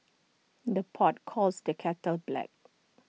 the pot calls the kettle black